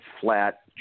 flat